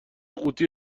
قوطی